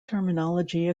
terminology